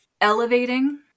elevating